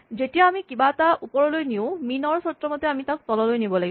যেতিয়া আমি কিবা এটা ওপৰলৈ নিওঁ মিন ৰ চৰ্তমতে আমি তাক তললৈ নিব লাগিব